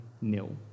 nil